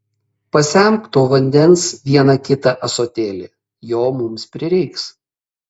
pasemk to vandens vieną kitą ąsotėlį jo mums prireiks